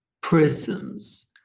prisons